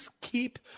keep